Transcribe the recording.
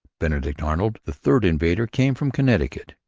benedict arnold, the third invader, came from connecticut.